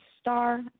star